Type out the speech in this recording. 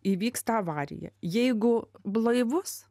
įvyksta avarija jeigu blaivus